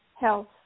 health